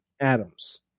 Adams